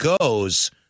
goes